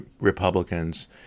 Republicans